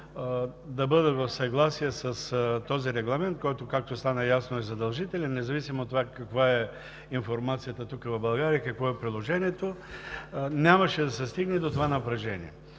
да бъдат в съгласие с този регламент, който, както стана ясно, е задължителен, независимо от това каква е информацията в България и какво е приложението, нямаше да се стигне до това напрежение.